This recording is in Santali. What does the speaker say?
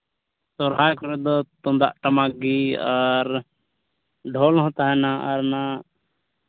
ᱥᱚᱦᱨᱟᱭ ᱠᱚᱨᱮ ᱫᱚ ᱛᱩᱢᱫᱟᱜ ᱴᱟᱢᱟᱠ ᱜᱮ ᱟᱨ ᱰᱷᱚᱞ ᱦᱚᱸ ᱛᱟᱦᱮᱱᱟ ᱚᱱᱟ